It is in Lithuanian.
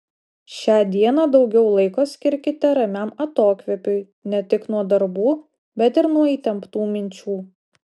šią dieną daugiau laiko skirkite ramiam atokvėpiui ne tik nuo darbų bet ir nuo įtemptų minčių